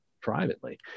privately